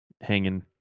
hanging